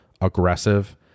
aggressive